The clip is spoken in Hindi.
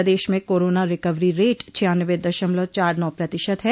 प्रदेश में कोरोना रिकवरी रेट छियान्नबे दशमलव चार नौ प्रतिशत है